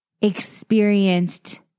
experienced